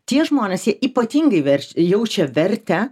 tie žmonės jie ypatingai verč jaučia vertę